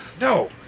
no